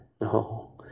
no